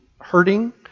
hurting